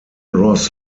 ross